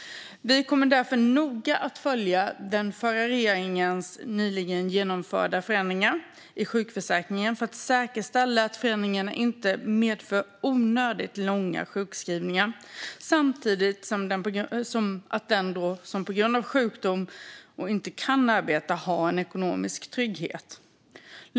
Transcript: Vi kommer därför att noga följa den förra regeringens nyligen genomförda förändringar i sjukförsäkringen för att säkerställa att förändringarna inte medför onödigt långa sjukskrivningar men också att den som på grund av sjukdom inte kan arbeta har en ekonomisk trygghet.